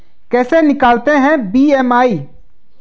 कैसे निकालते हैं बी.एम.आई?